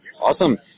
Awesome